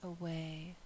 away